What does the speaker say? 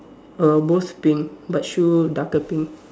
err most pink but shoe darker pink